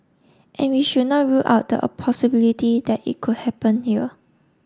and we should not rule out the possibility that it could happen here